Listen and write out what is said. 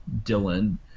Dylan